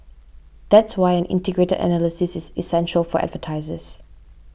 that's why an integrated analysis is essential for advertisers